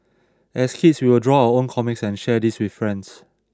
as kids we would draw our own comics and share these with friends